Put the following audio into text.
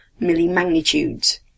millimagnitudes